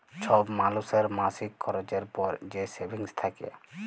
ছব মালুসের মাসিক খরচের পর যে সেভিংস থ্যাকে